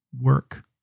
Work